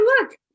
look